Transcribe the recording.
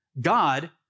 God